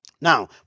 Now